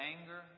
anger